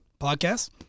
podcast